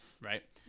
right